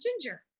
Ginger